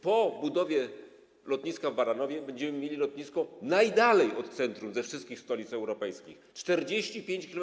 Po budowie lotniska w Baranowie będziemy mieli lotnisko najdalej od centrum ze wszystkich stolic europejskich, tj. 45 km.